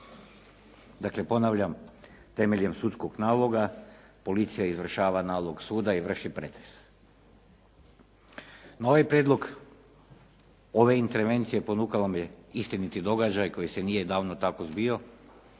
Dakle, ponavljam temeljem sudskog naloga policija izvršava nalog suda i vrši pretres. Na ovaj prijedlog ove intervencije ponukao me je istiniti događaj koji se nije davno tako zbio